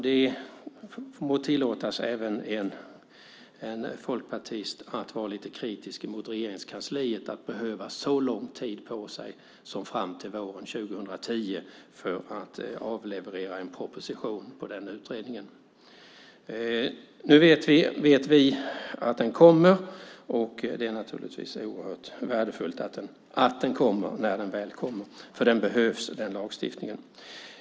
Det må tillåtas även en folkpartist att vara lite kritisk mot Regeringskansliet för att de behöver så lång tid på sig som fram till våren 2010 för att avleverera en proposition utifrån den utredningen. Nu vet vi att den kommer, och det är naturligtvis oerhört värdefullt att den kommer när den väl kommer, för den lagstiftningen behövs.